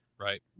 Right